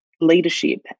leadership